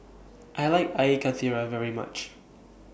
I like Air Karthira very much